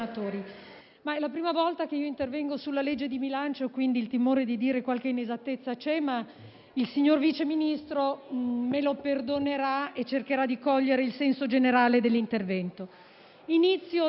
è la prima volta che intervengo sulla legge di bilancio, quindi il timore di dire qualche inesattezza c'è, ma il signor Vice Ministro me lo perdonerà e cercherà di cogliere il senso generale dell'intervento.